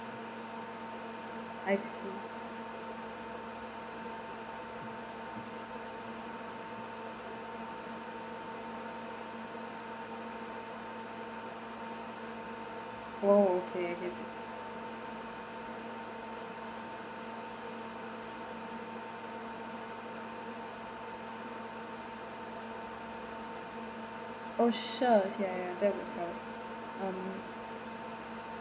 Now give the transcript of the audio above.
I see oh okay I get it oh sure ya ya that would help um